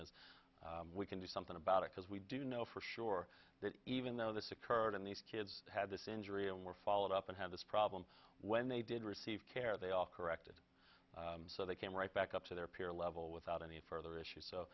is we can do something about it because we do know for sure that even though this occurred in these kids had this injury and were followed up and had this problem when they did receive care they all corrected so they came right back up to their peer level without any further issues so